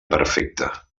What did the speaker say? perfecta